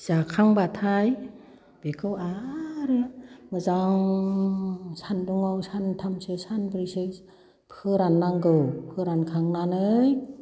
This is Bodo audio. जाखांबाथाय बेखौ आरो मोजां सान्दुङाव सानथामसो सानब्रैसो फोरान नांगौ फोरानखांनानै